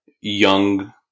young